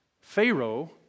Pharaoh